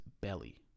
belly